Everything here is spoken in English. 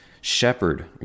Shepherd